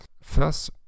First